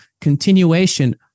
continuation